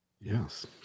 Yes